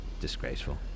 Disgraceful